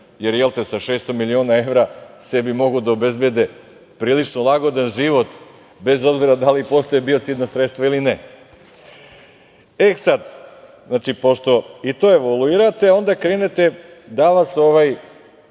jer sa 600 miliona evra sebi mogu da obezbede prilično lagodan život, bez obzira da li postoje biocidna sredstva ili ne.E, sada, pošto i to evoluirate, onda krenete da vas dovedu